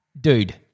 dude